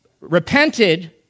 repented